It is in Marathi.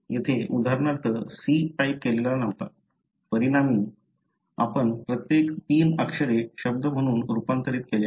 येथे उदाहरणार्थ C टाइप केलेला नव्हता परिणामी आपण प्रत्येक तीन अक्षरे शब्द म्हणून रूपांतरित केली आहेत